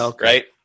right